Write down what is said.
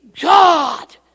God